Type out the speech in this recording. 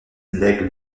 lègue